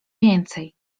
więcej